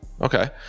Okay